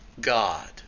God